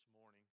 morning